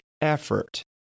effort